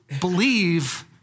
believe